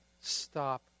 stop